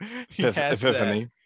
Epiphany